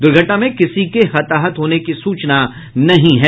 दुर्घटना में किसी के हताहत होने की सूचना नहीं है